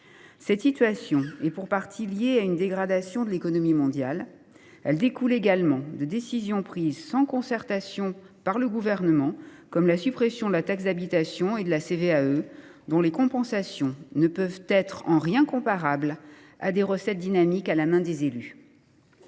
Cette situation est pour partie liée à une dégradation de l’économie mondiale. Elle découle également de décisions prises sans concertation par le Gouvernement comme la suppression de la taxe d’habitation et de la cotisation sur la valeur ajoutée des entreprises (CVAE), dont les compensations ne peuvent être en rien comparables à des recettes dynamiques à la main des élus.